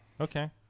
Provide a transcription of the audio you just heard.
Okay